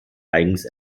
eigens